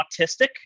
autistic